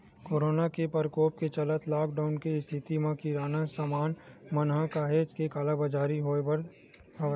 corona के परकोप के चलत लॉकडाउन के इस्थिति म किराना समान मन म काहेच के कालाबजारी होय हवय